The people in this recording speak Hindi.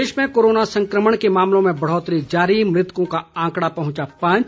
प्रदेश में कोरोना संक्रमण के मामलों में बढ़ौतरी जारी मृतकों का आंकड़ा हुआ पांच